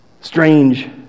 strange